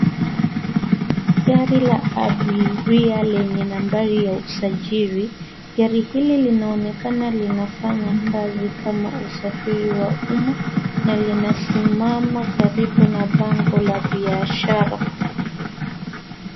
Gari la abiria lenye nambari ya usajili. Gari hili linaonekana linafanya kazi kama usafiri wa umma na linasimama karibu na bango la biashara.